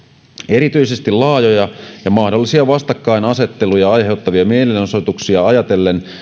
erityisesti laajoja ja mahdollisia vastakkainasetteluja aiheuttavia mielenosoituksia ajatellen